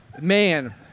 Man